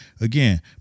Again